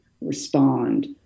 respond